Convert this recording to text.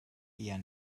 eher